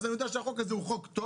אז אני יודע שהחוק הזה הוא חוק טוב,